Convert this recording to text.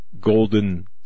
golden